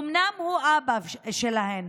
אומנם הוא אבא שלהם,